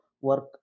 work